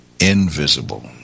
Invisible